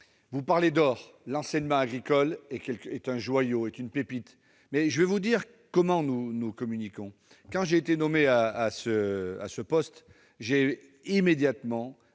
vous parlez d'or : l'enseignement agricole est un joyau, une pépite. Laissez-moi vous expliquer comment nous communiquons. Lorsque j'ai été nommé à mon poste, j'ai immédiatement